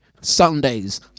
Sundays